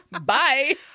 Bye